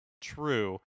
true